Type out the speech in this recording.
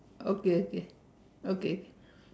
okay okay okay